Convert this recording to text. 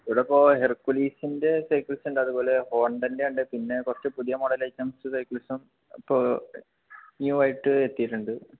ഇവിടിപ്പോൾ ഹെർക്കുലീസിൻ്റെ സൈക്കിൾസ് ഉണ്ട് അതുപോലെ ഹോണ്ടൻ്റെ ഉണ്ട് പിന്നെ കുറച്ച് പുതിയ മോഡൽ ഐറ്റംസ് സൈക്കിൾസും ഇപ്പോൾ ന്യൂ ആയിട്ട് എത്തിയിട്ടുണ്ട്